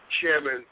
Chairman